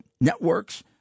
networks